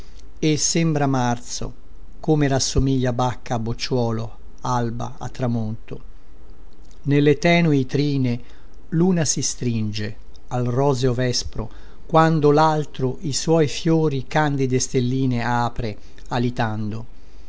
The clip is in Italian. e sembra marzo come rassomiglia bacca a bocciuolo alba a tramonto nelle tenui trine luna si stringe al roseo vespro quando laltro i suoi fiori candide stelline apre alitando